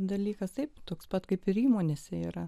dalykas taip toks pat kaip ir įmonėse yra